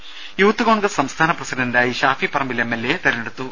ദേദ Youth Congress സംസ്ഥാന പ്രസിഡന്റായി ഷാഫി പറമ്പിൽ എം എൽ എയെ തെരഞ്ഞെടുത്തു